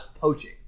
poaching